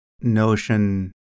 notion